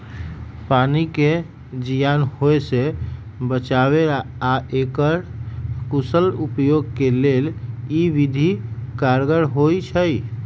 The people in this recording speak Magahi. पानी के जीयान होय से बचाबे आऽ एकर कुशल उपयोग के लेल इ विधि कारगर होइ छइ